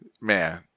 man